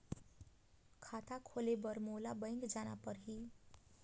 खाता खोले बर मोला बैंक जाना परही?